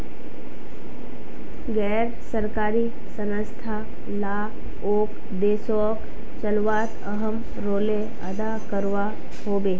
गैर सरकारी संस्थान लाओक देशोक चलवात अहम् रोले अदा करवा होबे